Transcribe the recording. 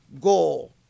goal